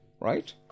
right